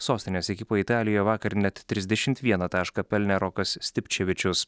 sostinės ekipoj italijo vakar net trisdešimt vieną tašką pelnė rokas stipčevičius